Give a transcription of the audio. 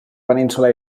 península